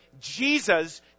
Jesus